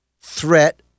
threat